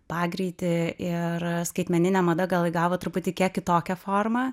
pagreitį ir skaitmeninė mada gal įgavo truputį kiek kitokią formą